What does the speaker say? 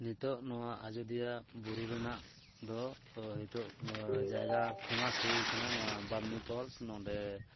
ᱱᱤᱛᱚᱜ ᱱᱚᱣᱟ ᱟᱡᱚᱫᱤᱭᱟᱹ ᱵᱩᱨᱩ ᱨᱮᱱᱟᱜ ᱫᱚ ᱱᱤᱛᱚᱜ ᱡᱟᱭᱜᱟ ᱯᱷᱮᱢᱟᱥ ᱦᱩᱭᱠᱟᱱᱟ ᱱᱚᱣᱟ ᱵᱟᱢᱱᱤ ᱯᱷᱚᱞᱥ ᱱᱚᱸᱰᱮ